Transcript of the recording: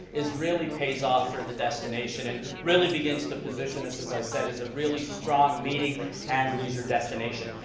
is really pays off for the destination and really begins to position us, as i said, as a really strong meeting and leisure destination.